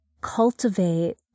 cultivate